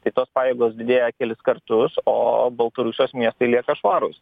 tai tos pajėgos didėja kelis kartus o baltarusijos miestai lieka švarūs